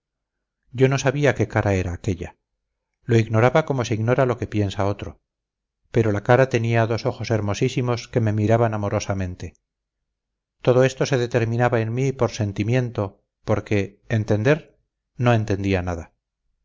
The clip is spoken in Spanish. yo no sabía qué cara era aquella lo ignoraba como se ignora lo que piensa otro pero la cara tenía dos ojos hermosísimos que me miraban amorosamente todo esto se determinaba en mí por sentimiento porque entender no entendía nada